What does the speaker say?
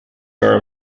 are